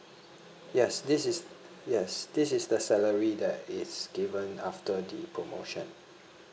yes this is yes this is the salary that is given after the promotion